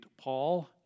Paul